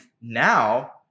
now